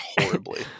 horribly